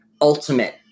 ultimate